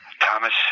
Thomas